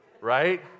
right